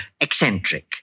eccentric